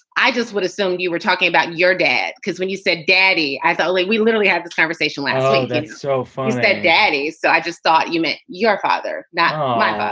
i just would assume you were talking about your dad, because when you said daddy, i thought like we literally had this conversation laughing. so funny that daddy. so i just thought you meant your father. oh, my god.